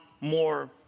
more